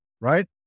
right